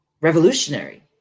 revolutionary